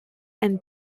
and